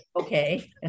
Okay